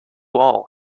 all